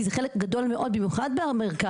כי זה חלק גדול מאוד במיוחד במרכז,